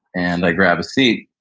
and i grab a seat,